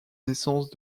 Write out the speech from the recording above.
naissance